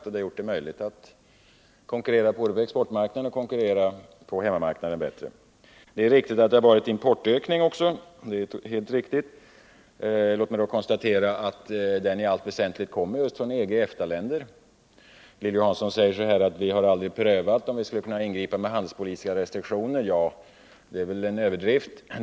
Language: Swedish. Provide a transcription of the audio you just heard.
Därigenom har det blivit möjligt att konkurrera bättre både på exportmarknaden och på hemmamarknaden. Det är också helt riktigt att det skett en importökning. Låt mig konstatera att den framför allt gäller EG och EFTA-länder. Lilly Hansson sade att vi aldrig prövat, om vi kan ingripa med handelspolitiska restriktioner. Det är väl en överdrift.